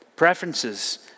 Preferences